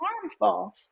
harmful